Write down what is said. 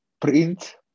print